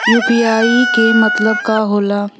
UPI के मतलब का होला?